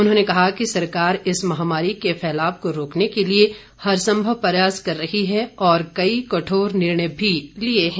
उन्होंने कहा कि सरकार इस महामारी के फैलाव को रोकने के लिए हर सम्भव प्रयास कर रही है और कई कठोर निर्णय भी लिए हैं